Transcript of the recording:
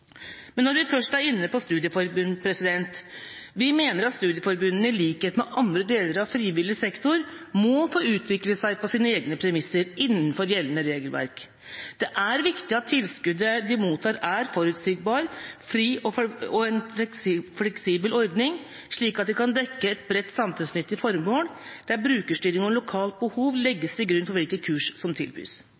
Men når vi først er inne på studieforbund, mener vi at studieforbundene i likhet med andre deler av frivillig sektor må få utvikle seg på egne premisser innenfor gjeldende regelverk. Det er viktig at tilskuddet de mottar, er forutsigbart, og at ordningen er fleksibel, slik at de kan dekke et bredt samfunnsnyttig formål der brukerstyring og lokalt behov legges til grunn for hvilke kurs som tilbys.